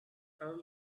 earls